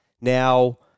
Now